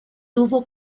tuvo